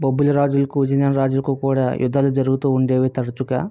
బొబ్బిలి రాజులు కూజినం రాజులకు కూడా యుద్ధాలు జరుగుతూ ఉండేవి తరచుగా